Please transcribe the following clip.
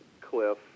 Cliff